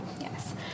Yes